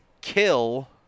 kill